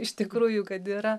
iš tikrųjų kad yra